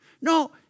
No